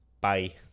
Bye